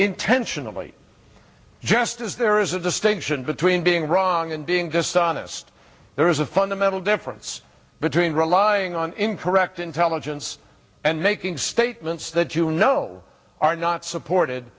intentionally just as there is a distinction between being wrong and being dishonest there is a fundamental difference between relying on incorrect intelligence and making statements that you know are not supported